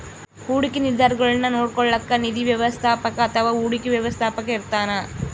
ಹೂಡಿಕೆ ನಿರ್ಧಾರಗುಳ್ನ ನೋಡ್ಕೋಳೋಕ್ಕ ನಿಧಿ ವ್ಯವಸ್ಥಾಪಕ ಅಥವಾ ಹೂಡಿಕೆ ವ್ಯವಸ್ಥಾಪಕ ಇರ್ತಾನ